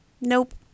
Nope